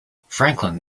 franklin